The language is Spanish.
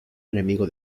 enemigo